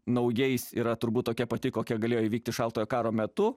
naujais yra turbūt tokia pati kokia galėjo įvykti šaltojo karo metu